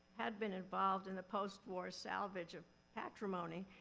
had been involved in the post-war salvage of patrimony.